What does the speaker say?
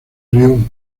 río